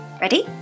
Ready